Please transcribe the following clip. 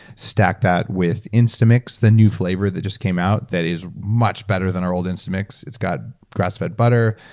stack that with instamix, the new flavor that just came out that is much better than our old instamix. it's got grass-fed butter,